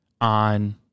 on